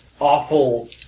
awful